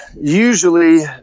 usually